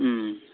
ও